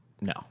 No